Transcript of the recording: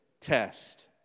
test